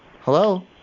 Hello